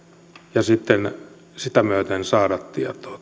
että sitten sitä myöten saada tietoa